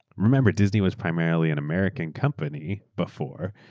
remember, disney was primarily an american company before.